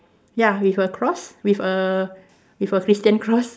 ya with a cross with a with a Christian cross